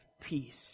peace